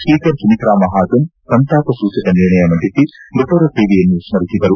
speaker Sumitra Mahajan ಸಂತಾಪ ಸೂಚಕ ನಿರ್ಣಯ ಮಂಡಿಸಿ ಮೃತರ ಸೇವೆಯನ್ನು ಸ್ಪರಿಸಿದರು